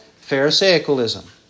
pharisaicalism